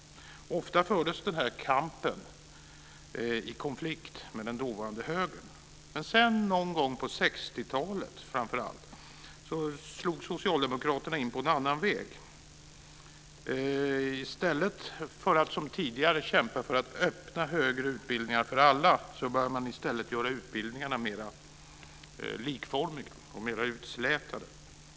Ofta fördes denna kamp i konflikt med den dåvarande högern. Men sedan, någon gång på 1960-talet, slog Socialdemokraterna in på en annan väg. I stället för att som tidigare kämpa för att öppna högre utbildningar för alla började man göra utbildningarna mer likformiga och mer utslätade.